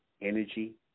energy